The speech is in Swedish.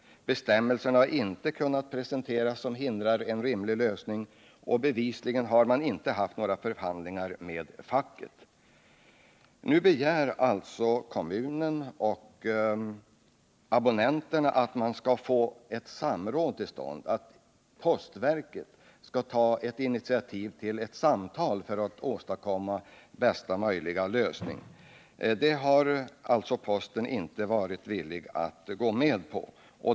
Bestämmelser som hindraren rimlig lösning har inte kunnat presenteras. Bevisligen har man inte haft några förhandlingar med facket. Nu begär alltså kommunen och abonnenterna att postverket skall ta initiativ till samtal för att åstadkomma bästa möjliga lösning. Det har postverket inte velat gå med på.